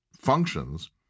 functions